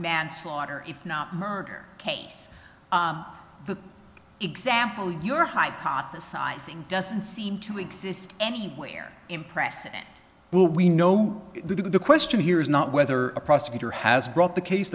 manslaughter if not murder case the example you're hypothesizing doesn't seem to exist anywhere in press will we know that the question here is not whether a prosecutor has brought the case